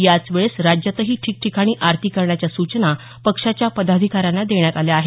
याचवेळेस राज्यातही ठिकठिकाणी आरती करण्याच्या सूचना पक्षाच्या पदाधिकाऱ्यांना देण्यात आल्या आहेत